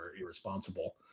irresponsible